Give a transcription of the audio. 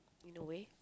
in a way